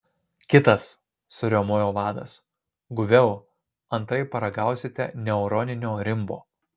kitas suriaumojo vadas guviau antraip paragausite neuroninio rimbo